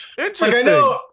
interesting